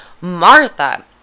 Martha